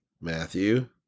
Matthew